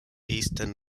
eastern